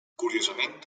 curiosament